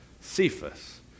Cephas